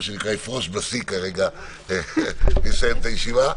מה שנקרא אפרוש בשיא כרגע ואסיים את הישיבה.